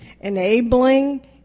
enabling